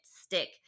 stick